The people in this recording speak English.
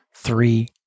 three